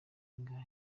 ingahe